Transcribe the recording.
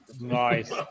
nice